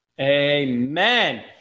Amen